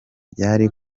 byari